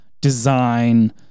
design